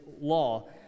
law